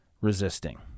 resisting